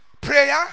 prayer